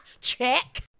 Check